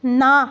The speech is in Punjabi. ਨਾ